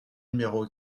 numéro